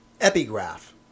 Epigraph